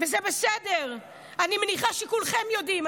וזה בסדר, אני מניחה שכולכם יודעים.